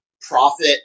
profit